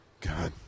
God